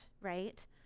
right